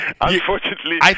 Unfortunately